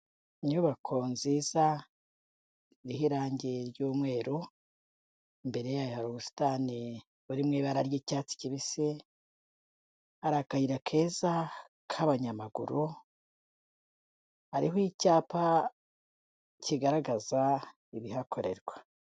Inyubako nziza iriho irangi ry'umweru, imbere ya hari ubusitani buri mu ibara ry'icyatsi kibisi, hari akayira keza k'abanyamaguru, hariho icyapa kigaragaza ibihakorerwa.